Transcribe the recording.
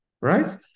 Right